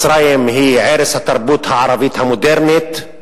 מצרים היא ערש התרבות הערבית המודרנית,